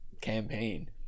campaign